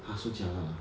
!huh! so jialat ah